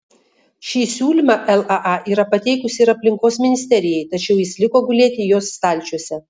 šį siūlymą laa yra pateikusi ir aplinkos ministerijai tačiau jis liko gulėti jos stalčiuose